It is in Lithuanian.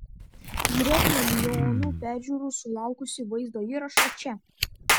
žiūrėk milijonų peržiūrų sulaukusį vaizdo įrašą čia